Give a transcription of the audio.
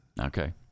okay